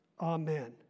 Amen